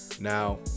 now